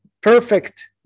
perfect